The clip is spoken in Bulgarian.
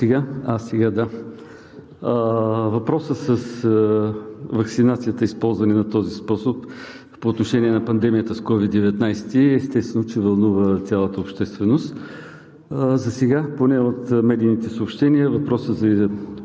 колеги! Въпросът с ваксинацията и използване на този способ по отношение на пандемията с COVID-19, естествено, че вълнува цялата общественост. Засега, поне от медийните съобщения, въпросът за